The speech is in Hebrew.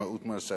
משמעות מעשיו.